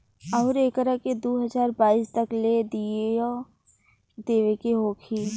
अउरु एकरा के दू हज़ार बाईस तक ले देइयो देवे के होखी